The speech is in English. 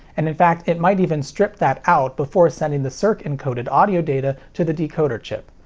and in fact it might even strip that out before sending the circ encoded audio data to the decoder chip.